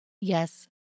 Yes